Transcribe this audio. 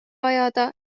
ajada